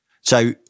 So-